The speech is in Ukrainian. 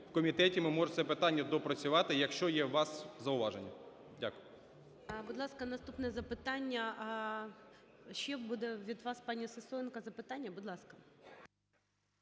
в комітеті ми можемо це питання доопрацювати, якщо є у вас зауваження. Дякую. 12:44:27 ГОЛОВУЮЧИЙ. Будь ласка, наступне запитання. Ще буде від вас, пані Сисоєнко, запитання? Будь ласка.